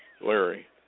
Larry